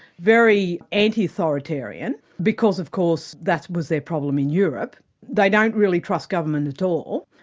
very anti-authoritarian, because of course that was their problem in europe they don't really trust government at all.